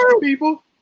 people